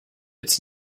its